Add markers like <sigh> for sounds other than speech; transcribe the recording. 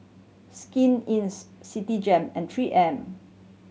Skin <unintelligible> Citigem and Three M